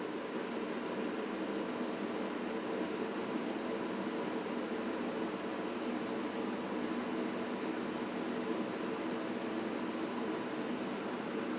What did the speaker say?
S